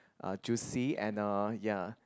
uh juicy and uh ya